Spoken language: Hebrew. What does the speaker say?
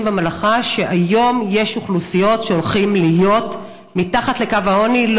במלאכה: היום יש אוכלוסיות שהולכות להיות מתחת לקו העוני לא